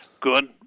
Good